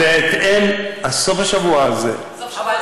אדוני,